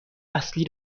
اصلی